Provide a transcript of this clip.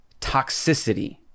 toxicity